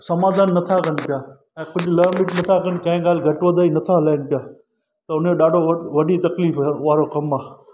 समाधानु नथा कनि पिया ऐं कुझु लह मिट नथा कनि कंहिं ॻाल्हि घटि वधाई नथा हलाइनि पिया त हुनजो ॾाढो वॾो वॾी तकलीफ़ वारो कमु आहे